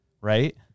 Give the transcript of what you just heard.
Right